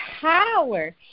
power